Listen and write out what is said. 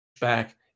back